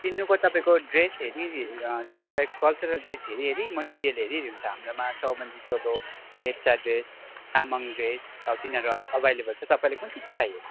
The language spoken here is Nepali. किन्नुको तपाईँको ड्रेस हेरि हरि तपाईँको कल्चरल ड्रेस हेरि हेरि मेटेरियल हेरि हेरि हुन्छ हाम्रामा चौबन्दी चोलो लेप्चा ड्रेस तामाङ ड्रेस तिनीहरू अहिले अभाइलेबल छ तपाईँलाई कुन चाहिँ चाहिँ चाहियो